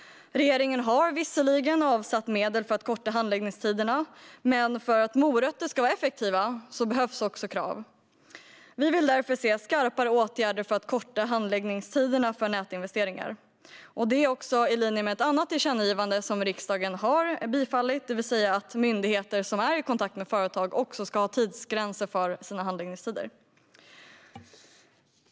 Regeringen har visserligen avsatt medel för att korta handläggningstiderna, men för att morötter ska vara effektiva behövs också krav. Vi vill därför se skarpare åtgärder för att korta handläggningstiderna för nätinvesteringar. Det är också i linje med ett annat tillkännagivande som riksdagen har bifallit, det vill säga att myndigheter som är i kontakt med företag också ska ha tidsgränser för sina handläggningstider.